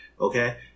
okay